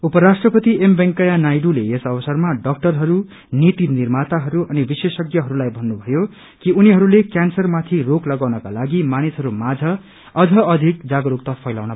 उप राष्ट्रपति एम वेंकैया नायड्ले यस अवसरमा डाक्टरहरू नीति निर्माताहरू अनि विशेषज्ञहरूलाई भन्नुभयो कि उनीहरूले क्यांसरमाथि रोक लगाउनको लागि मानिसहरूमाझ अझ अधिक जागरूकता फैलाउन्